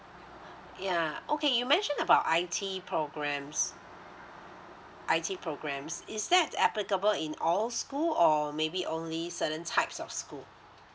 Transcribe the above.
yeah okay you mentioned about I_T programs I_T programs is that applicable in all school or maybe only certain types of school